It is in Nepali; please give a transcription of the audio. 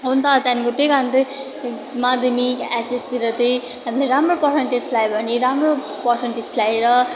हो नि त त्यहाँदेखिको त्यही कारण चाहिँ माध्यमिक एचएसतिर चाहिँ हामीले राम्रो पर्सन्टेज ल्यायो भने राम्रो पर्सन्टेज ल्याएर